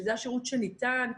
שזה השירות שניתן,